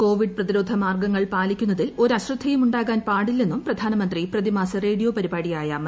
Covid പ്രതിരോധ മാർഗ്ഗങ്ങൾ പാലിക്കുന്നതിൽ ഒരു അശ്രദ്ധയും ഉണ്ടാകാൻ പാടില്ലെന്നൂം പ്രധാനമന്ത്രി പ്രതിമാസ റേഡിയോ പരിപാടിയായി മൻകി ബാത്തിൽ